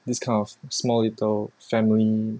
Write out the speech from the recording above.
this kind of small little family